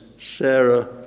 Sarah